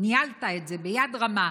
ניהלת את זה ביד רמה,